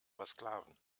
versklaven